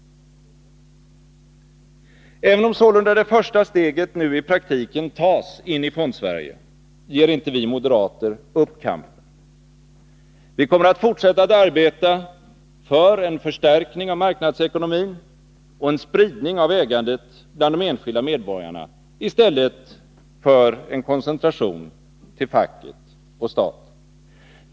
Även om sålunda det första steget i praktiken tas in i Fondsverige, ger inte vi moderater upp kampen. Vi kommer att fortsätta att arbeta för en förstärkning av marknadsekonomin och en spridning av ägandet bland de enskilda medborgarna i stället för en koncentration till facket och staten.